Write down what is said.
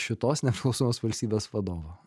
šitos nepriklausomos valstybės vadovo